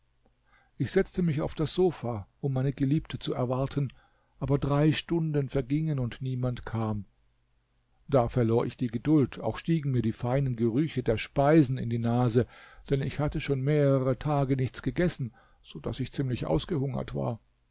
ich setze mich auf das sofa um meine geliebte zu erwarten aber drei stunden vergingen und niemand kam da verlor ich die geduld auch stiegen mir die feinen gerüche der speisen in die nase denn ich hatte schon mehrere tage nichts gegessen so daß ich ziemlich ausgehungert war